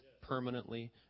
permanently